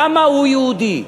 למה הוא יהודי?